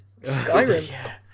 Skyrim